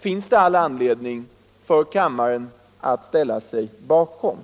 finns det all anledning för kammaren att ställa sig bakom.